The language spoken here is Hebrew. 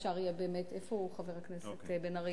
אפשר יהיה באמת, איפה הוא, חבר הכנסת בן-ארי?